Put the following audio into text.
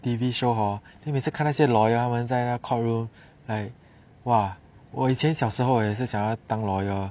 T_V show hor then 每次看那些 lawyer 他们在那 court room like !wah! 我以前小时候也是想要当 lawyer